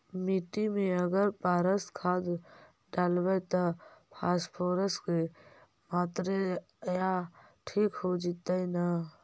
मिट्टी में अगर पारस खाद डालबै त फास्फोरस के माऋआ ठिक हो जितै न?